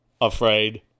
afraid